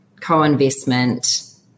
co-investment